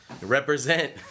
Represent